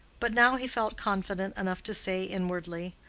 but now he felt confident enough to say inwardly,